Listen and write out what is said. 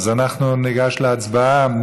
אז ניגש להצבעה.